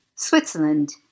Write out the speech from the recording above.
Switzerland